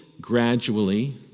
gradually